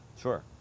sure